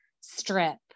strip